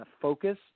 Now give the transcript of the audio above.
focus